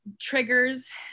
triggers